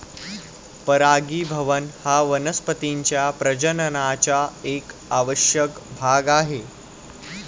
परागीभवन हा वनस्पतीं च्या प्रजननाचा एक आवश्यक भाग आहे